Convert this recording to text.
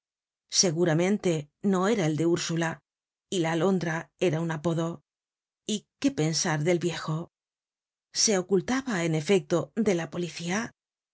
seguramente no era el de ursula y la alondra era un apodo y qué pensar del viejo se ocultaba en efecto de la policía